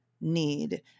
need